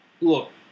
look